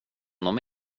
något